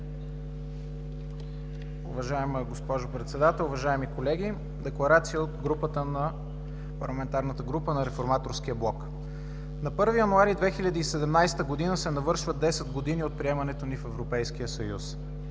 Уважаема госпожо Председател, уважаеми колеги, декларация от Парламентарната група на Реформаторския блок. На 1 януари 2017 г. се навършват 10 години от приемането ни в Европейския съюз.